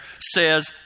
says